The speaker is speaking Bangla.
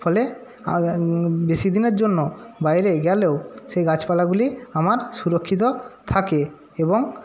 ফলে বেশি দিনের জন্য বাইরে গেলেও সে গাছপালাগুলি আমার সুরক্ষিত থাকে এবং